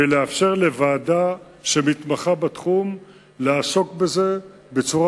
ולאפשר לוועדה שמתמחה בתחום לעסוק בזה בצורה